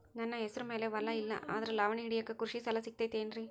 ನನ್ನ ಹೆಸರು ಮ್ಯಾಲೆ ಹೊಲಾ ಇಲ್ಲ ಆದ್ರ ಲಾವಣಿ ಹಿಡಿಯಾಕ್ ಕೃಷಿ ಸಾಲಾ ಸಿಗತೈತಿ ಏನ್ರಿ?